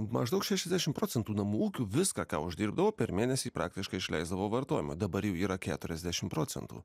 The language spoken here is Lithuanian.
maždaug šešiasdešim procentų namų ūkių viską ką uždirbdavo per mėnesį praktiškai išleisdavo vartojimui dabar jau yra keturiasdešim procentų